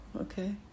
okay